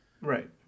right